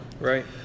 Right